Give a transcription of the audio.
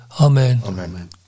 Amen